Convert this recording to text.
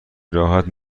راحت